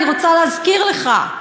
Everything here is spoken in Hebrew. אני רוצה להזכיר לך.